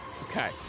Okay